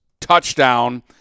touchdown